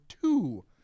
two